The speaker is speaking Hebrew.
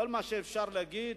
כל מה שאפשר להגיד,